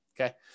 Okay